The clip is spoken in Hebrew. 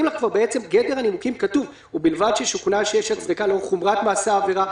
גדר הנימוקים כתוב: "ובלבד ששוכנע שיש הצדקה לאור חומרת מעשה העבירה,